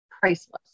priceless